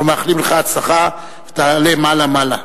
אנחנו מאחלים לך הצלחה, ותעלה מעלה-מעלה.